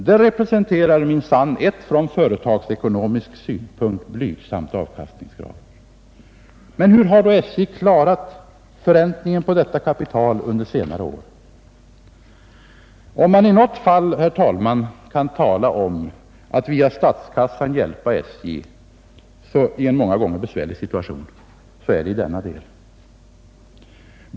Det representerar minsann ett ur företagsekonomisk synpunkt blygsamt avkastningskrav. Men hur har då SJ klarat förräntningen på detta kapital under senare år? Om man i något fall, herr talman, kan tala om att via statskassan hjälpa SJ i en många gånger besvärlig situation, så är det just i denna del.